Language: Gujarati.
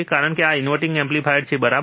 કારણ કે આ ઇન્વર્ટીંગ એમ્પ્લીફાયર છે બરાબર